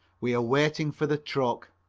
we are waiting for the truck.